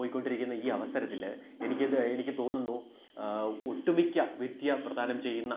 പൊയ്ക്കൊണ്ടിരിക്കുന്ന ഈ അവസരത്തില് എനിക്കിത് എനിക്കു തോന്നുന്നു ഒട്ടുമിക്ക വിദ്യ പ്രദാനം ചെയ്യുന്ന